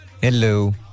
Hello